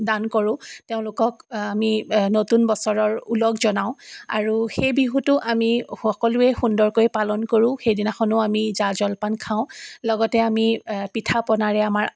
দান কৰোঁ তেওঁলোকক আমি নতুন বছৰৰ ওলগ জনাওঁ আৰু সেই বিহুতো আমি সকলোৱে সুন্দৰকৈ পালন কৰোঁ সেই দিনাখনো আমি জা জলপান খাওঁ লগতে আমি পিঠাপনাৰে আমাৰ